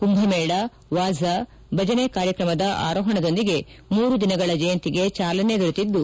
ಕುಂಭಮೇಳ ವಾಝಾ ಭಜನೆ ಕಾರ್ಯಕ್ರಮದ ಆರೋಹಣದೊಂದಿಗೆ ಮೂರು ದಿನಗಳ ಜಯಂತಿಗೆ ಚಾಲನೆ ದೊರೆತಿದ್ದು